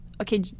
Okay